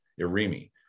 Irimi